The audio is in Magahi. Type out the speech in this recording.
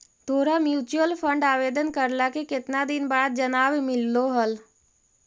तोरा म्यूचूअल फंड आवेदन करला के केतना दिन बाद जवाब मिललो हल?